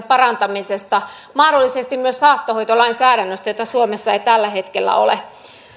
parantamisesta mahdollisesti myös saattohoitolainsäädännöstä jota suomessa ei tällä hetkellä ole